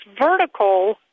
vertical